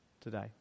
today